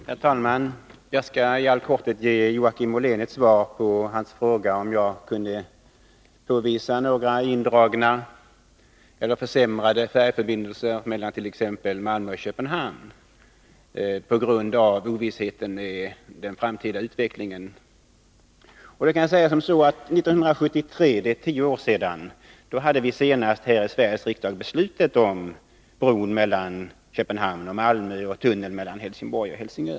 Herr talman! Jag skall i all korthet ge Joakim Ollén ett svar på hans fråga om jag kunde påvisa några indragna eller försämrade färjeförbindelser mellan t.ex. Malmö och Köpenhamn på grund av ovissheten om den framtida utvecklingen. Jag kan säga som så att vi 1973 — alltså för tio år sedan — senast här i Sveriges riksdag fattade beslut om en bro mellan Köpenhamn och Malmö och en tunnel mellan Helsingborg och Helsingör.